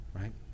Right